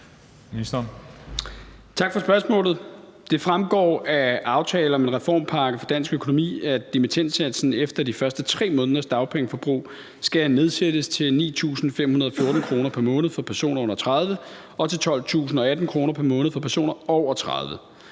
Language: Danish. Tak for spørgsmålet. Det fremgår af aftalen om en reformpakke for dansk økonomi, at dimittendsatsen efter de første 3 måneders dagpengeforbrug skal nedsættes til 9.514 kr. pr. måned for personer under 30 år og til 12.018 kr. pr. måned for personer over 30